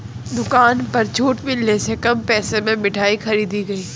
दुकान पर छूट मिलने से कम पैसे में मिठाई खरीदी गई